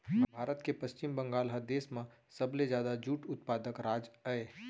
भारत के पस्चिम बंगाल ह देस म सबले जादा जूट उत्पादक राज अय